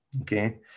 Okay